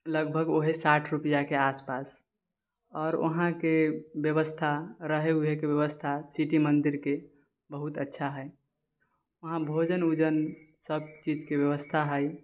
लगभग ओहे साठि रुपआके आसपास आओर उहाँके व्यवस्था रहै उहेके व्यवस्था सिटी मन्दिरके बहुत अच्छा हैय उहाँ भोजन ऊजन सभ चीजके व्यवस्था हैय